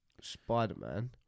Spider-Man